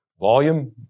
Volume